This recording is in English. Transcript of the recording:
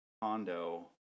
condo